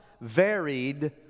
varied